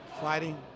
Fighting